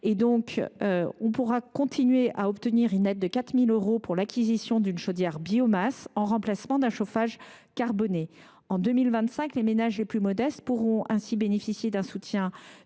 toujours possible de percevoir une aide de 4 000 euros pour l’acquisition d’une chaudière biomasse en remplacement d’un chauffage carboné. En 2025, les ménages les plus modestes pourront ainsi bénéficier d’un soutien